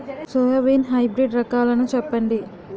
Soybean hybrid రకాలను చెప్పండి?